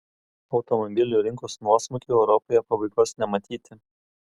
automobilių rinkos nuosmukiui europoje pabaigos nematyti